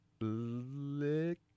Lick